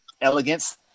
elegance